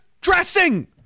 dressing